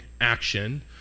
action